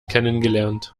kennengelernt